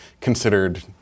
considered